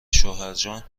شوهرجان